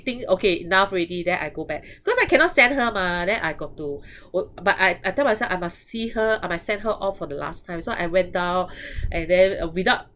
think okay enough already then I go back cause I cannot send her mah then I got to work but I I tell myself I must see her I must send her off for the last time so I went down and then uh without